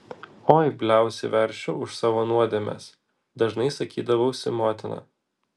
oi bliausi veršiu už savo nuodėmes dažnai sakydavusi motina